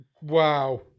wow